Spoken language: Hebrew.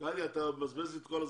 גדי, אתה מבזבז לי את כל הזמן,